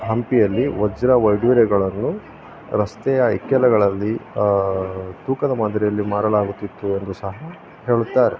ಹಂಪಿಯಲ್ಲಿ ವಜ್ರ ವೈಢೂರ್ಯಗಳನ್ನು ರಸ್ತೆಯ ಇಕ್ಕೆಲಗಳಲ್ಲಿ ತೂಕದ ಮಾದರಿಯಲ್ಲಿ ಮಾರಲಾಗುತ್ತಿತ್ತು ಎಂದು ಸಹ ಹೇಳುತ್ತಾರೆ